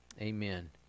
amen